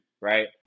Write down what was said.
right